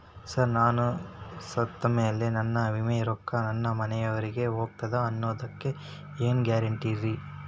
Sir ನಾನು ಸತ್ತಮೇಲೆ ನನ್ನ ವಿಮೆ ರೊಕ್ಕಾ ನನ್ನ ಮನೆಯವರಿಗಿ ಹೋಗುತ್ತಾ ಅನ್ನೊದಕ್ಕೆ ಏನ್ ಗ್ಯಾರಂಟಿ ರೇ?